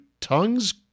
tongues